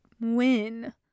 win